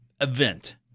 event